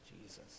Jesus